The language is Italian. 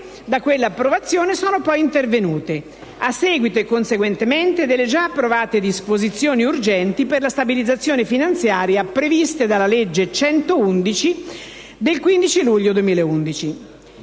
da quella approvazione sono poi intervenute, a seguito e conseguentemente alle già approvate disposizioni urgenti per la stabilizzazione finanziaria previste dalla legge n. 111 del 15 luglio 2011.